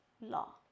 law